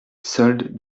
solde